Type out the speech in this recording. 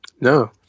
no